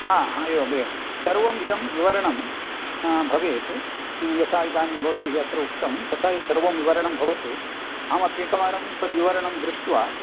हा हा एवम् एवं सर्वम् इदं विवरणं भवेत् यथा इदानीं भवद्भिः अत्र उक्तं तथा सर्वं विवरणं भवतु अहमप्येकवारं तद्विवरणं दृष्ट्वा